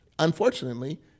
Unfortunately